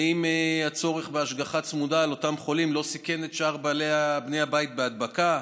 האם הצורך בהשגחה צמודה על אותם חולים לא סיכן את שאר בני הבית בהדבקה?